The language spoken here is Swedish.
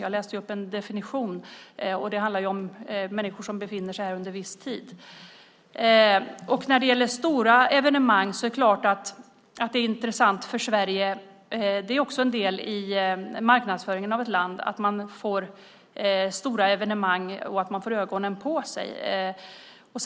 Jag läste nyss upp en definition. Det handlar alltså om människor som befinner sig i landet under en viss tid. Det är klart att stora evenemang är intressanta för Sverige. Det är ju också en del i marknadsföringen av ett land att få stora evenemang och att få blickarna på sig.